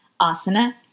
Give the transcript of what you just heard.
asana